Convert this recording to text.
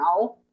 now